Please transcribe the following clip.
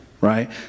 right